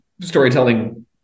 storytelling